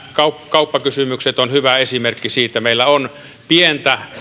kauppakysymykset on hyvä esimerkki näistä meillä on pientä